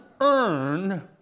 earn